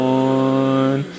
one